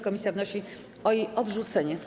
Komisja wnosi o jej odrzucenie.